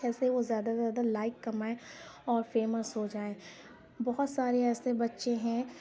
کیسے وہ زیادہ سے زیادہ لائک کمائیں اور فیمس ہو جائیں بہت سارے ایسے بچے ہیں